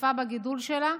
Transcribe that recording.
שותפה בגידול שלה,